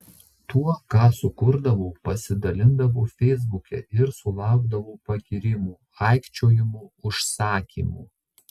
tuo ką sukurdavau pasidalindavau feisbuke ir sulaukdavau pagyrimų aikčiojimų užsakymų